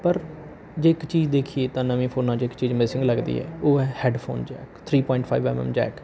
ਪਰ ਜੇ ਇੱਕ ਚੀਜ਼ ਦੇਖੀਏ ਤਾਂ ਨਵੇਂ ਫ਼ੋਨਾਂ 'ਚ ਇੱਕ ਚੀਜ਼ ਮਿਸਿੰਗ ਲੱਗਦੀ ਹੈ ਉਹ ਹੈ headphone jack three point five M M Jack